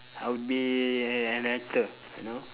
I would be an an actor you know